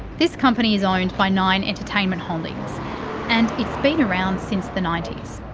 this company is owned by nine entertainment holdings and it's been around since the ninety s.